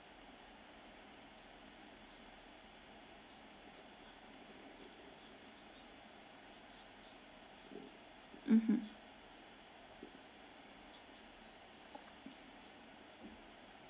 mmhmm